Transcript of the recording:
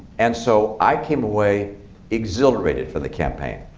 and so i came away exhilarated for the campaign,